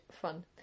fun